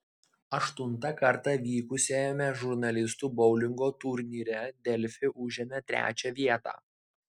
aštuntą kartą vykusiame žurnalistų boulingo turnyre delfi užėmė trečią vietą